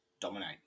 dominate